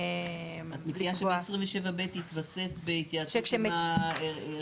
--- את מציעה שבסעיף 27(ב) יתווסף "בהתייעצות עם רשות התחרות"?